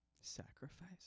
Sacrifice